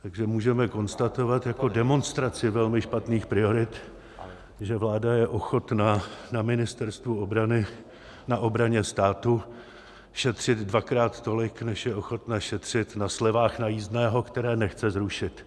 Takže můžeme konstatovat jako demonstraci velmi špatných priorit, že vláda je ochotna na Ministerstvu obrany, na obraně státu šetřit dvakrát tolik, než je ochotna šetřit na slevách na jízdném, které nechce zrušit.